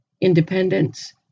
independence